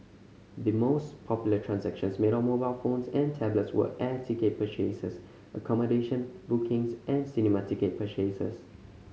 the most popular transactions made on mobile phones and tablets were air ticket purchases accommodation bookings and cinema ticket purchases